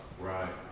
Right